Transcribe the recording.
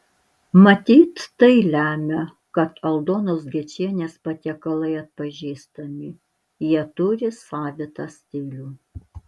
matyt tai lemia kad aldonos gečienės patiekalai atpažįstami jie turi savitą stilių